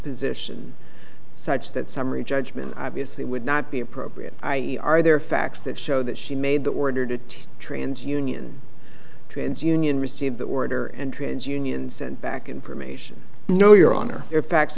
position such that summary judgment obviously would not be appropriate i r there are facts that show that she made the order to trans union trans union received the order and trans union sent back information no your honor or facts